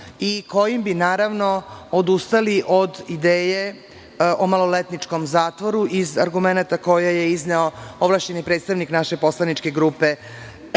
i kojim bi odustali od ideje o maloletničkom zatvoru iz argumenata koje je izneo ovlašćeni predstavnik naše poslaničke grupe,